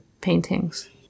paintings